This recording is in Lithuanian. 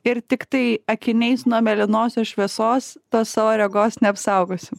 ir tiktai akiniais nuo mėlynosios šviesos tos savo regos neapsaugosim